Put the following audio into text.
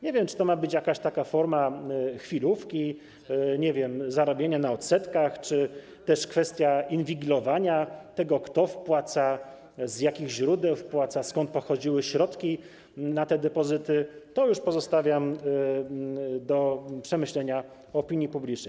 Nie wiem, czy to ma być jakaś taka forma chwilówki, nie wiem, zarabiania na odsetkach czy też kwestia inwigilowania tego, kto wpłaca, z jakich źródeł wpłaca, skąd pochodziły środki na te depozyty - to już pozostawiam do przemyślenia opinii publicznej.